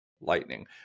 lightning